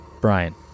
Brian